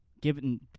given